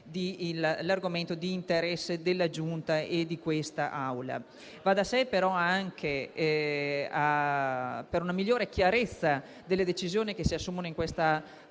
all'argomento di interesse della Giunta e di quest'Aula. Va da sé, però, anche per una migliore chiarezza delle decisioni che si assumeranno